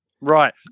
Right